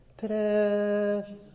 Ta-da